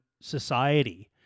society